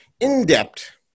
in-depth